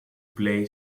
play